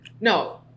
No